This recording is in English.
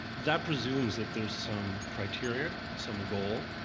that presumes that there's some criteria, some goal,